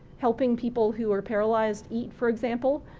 helping people who are paralyzed eat for example.